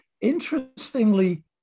interestingly